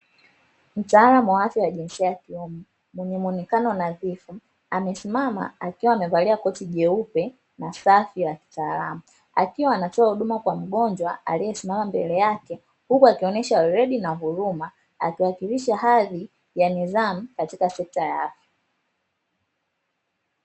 Mtaalamu wa afya wa jinsia ya kiume mwenye muonekano nadhifu, amesimama akiwa amevalia koti jeupe na safi la kitaalamu, akiwa anatoa huduma kwa mgonjwa aliyesimama mbele yake huku akionesha weledi na huruma akiwakilisha hali ya nidhamu katika sekta ya afya.